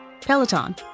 Peloton